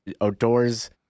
Outdoors